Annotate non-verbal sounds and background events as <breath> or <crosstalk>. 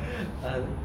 <breath>